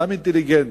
אדם אינטליגנטי,